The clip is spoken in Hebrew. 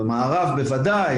במערב בוודאי,